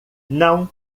não